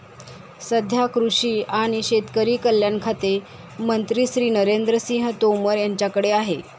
सध्या कृषी आणि शेतकरी कल्याण खाते मंत्री श्री नरेंद्र सिंह तोमर यांच्याकडे आहे